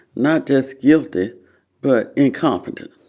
not just guilty but incompetent,